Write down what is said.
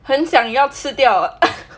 很想要吃掉